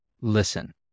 listen